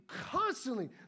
constantly